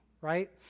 Right